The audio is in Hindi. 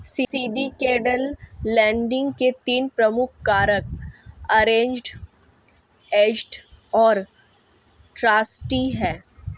सिंडिकेटेड लेंडिंग के तीन प्रमुख कारक अरेंज्ड, एजेंट और ट्रस्टी हैं